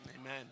Amen